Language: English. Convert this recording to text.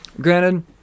Granted